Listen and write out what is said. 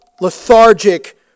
lethargic